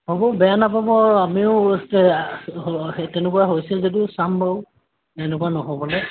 হ'ব বেয়া নাপাব আৰু আমিও তেনেকুৱা হৈছিল যদি চাম বাৰু এনেকুৱা নহ'বলৈ